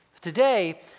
Today